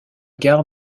gare